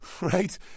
Right